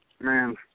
man